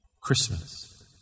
Christmas